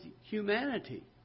humanity